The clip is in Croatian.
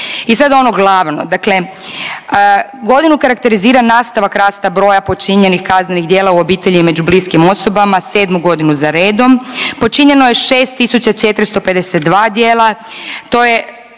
I sad ono glavno. Dakle, godinu karakterizira nastavak rasta broja počinjenih kaznenih djela u obitelji i među bliskim osobama, 7 godinu za redom. Počinjeno je 6.452 djela. To je